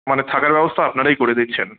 মানে থাকার ব্যবস্থা আপনারাই করে দিচ্ছেন